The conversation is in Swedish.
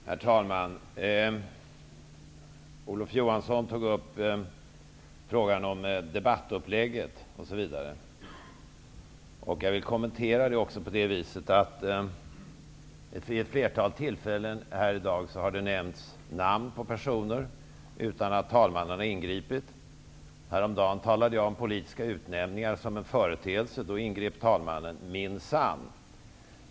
Herr talman! Olof Johansson tog upp frågan om debattupplägget, osv. Jag vill kommentera det också på ett sådant sätt att det vid ett flertal tillfällen i dag har nämnts namn på personer utan att talmannen har ingripit. Häromdagen talade jag om politiska utnämningar som en företeelse. Då ingrep talmannen -- minsann.